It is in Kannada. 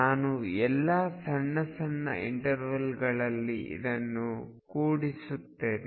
ನಾನು ಎಲ್ಲಾ ಸಣ್ಣ ಸಣ್ಣ ಇಂಟರ್ವಲ್ಗಳಲ್ಲಿ ಇದನ್ನು ಕೊಡಿಸುತ್ತೇನೆ